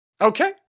Okay